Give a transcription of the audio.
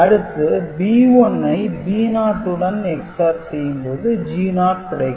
அடுத்து B1 ஐ B0 உடன் XOR செய்யும் போது G0 கிடைக்கும்